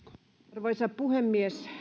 arvoisa puhemies